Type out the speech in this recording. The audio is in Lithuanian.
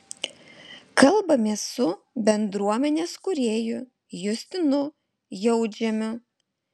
kalbamės su bendruomenės kūrėju justinu jautžemiu